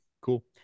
Cool